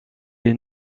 est